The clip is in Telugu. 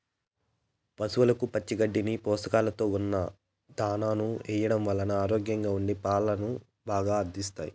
పసవులకు పచ్చి గడ్డిని, పోషకాలతో ఉన్న దానాను ఎయ్యడం వల్ల ఆరోగ్యంగా ఉండి పాలను బాగా అందిస్తాయి